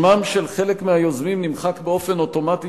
שמם של חלק מהיוזמים נמחק באופן אוטומטי